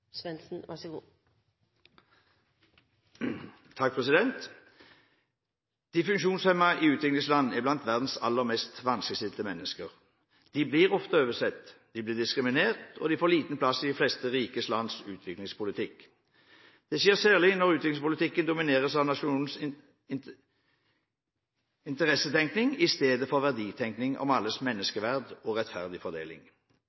blant verdens aller mest vanskeligstilte mennesker. De blir ofte oversett. De blir diskriminert, og de får liten plass i de fleste rike lands utviklingspolitikk. Det skjer særlig når utviklingspolitikken domineres av nasjonenes interessetenkning i stedet for verditenkning om alles